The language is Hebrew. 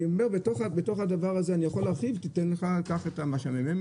אני יכול להרחיב על זה אבל אפשר לקחת את מה שהמ.מ.מ.